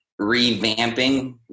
revamping